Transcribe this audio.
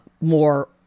more